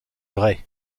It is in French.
vraie